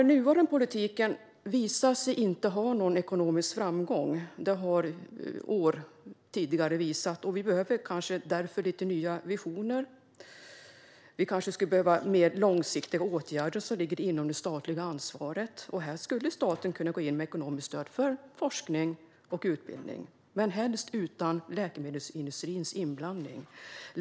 Den nuvarande politiken visar sig inte ha någon ekonomisk framgång. Det har tidigare år visat. Därför behöver vi kanske lite nya visioner. Vi kanske skulle behöva mer långsiktiga åtgärder som ligger inom det statliga ansvaret, och här skulle staten kunna gå in med ekonomiskt stöd till forskning och utbildning - men helst utan läkemedelsindustrins inblandning.